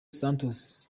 santos